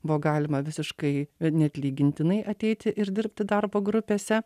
buvo galima visiškai neatlygintinai ateiti ir dirbti darbo grupėse